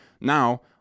Now